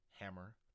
Hammer